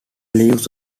leaves